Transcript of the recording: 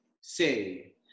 say